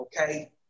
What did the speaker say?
okay